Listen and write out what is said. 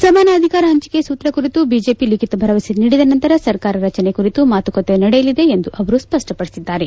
ಸಮಾನ ಅಧಿಕಾರ ಹಂಚಿಕೆಯ ಸೂತ್ರ ಕುರಿತು ಬಿಜೆಪಿ ಲಿಖಿತ ಭರವಸೆ ನೀಡಿದ ನಂತರ ಸರ್ಕಾರ ರಚನೆ ಕುರಿತು ಮಾತುಕತೆ ನಡೆಯಲಿದೆ ಎಂದು ಅವರು ಸ್ಪಷ್ಟಪಡಿಸಿದ್ದಾರೆ